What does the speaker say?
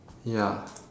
ya